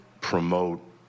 promote